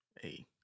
Hey